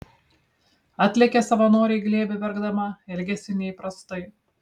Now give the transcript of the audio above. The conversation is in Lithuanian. atlėkė savanorei į glėbį verkdama elgėsi neįprastai